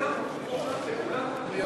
אדוני